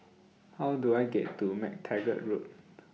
How Do I get to MacTaggart Road